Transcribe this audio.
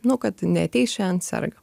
nu kad neateis šiandien serga